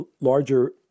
larger